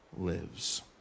Lives